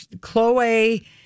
Chloe